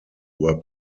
were